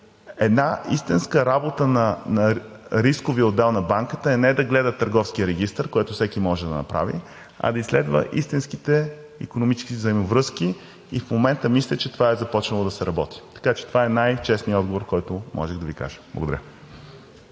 една истинска работа на рисковия отдел на банката е не да гледа Търговския регистър, което всеки може да направи, а да изследва истинските икономически взаимовръзки. И в момента мисля, че това е започнало да се работи. Така че това е най-честният отговор, който мога да Ви кажа. Благодаря.